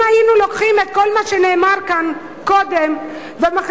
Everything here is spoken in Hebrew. אם היינו לוקחים את כל מה שנאמר כאן קודם ומחליפים